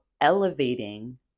elevating